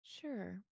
Sure